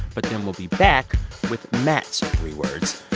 but then we'll be back with matt's three words.